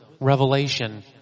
Revelation